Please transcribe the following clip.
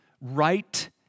right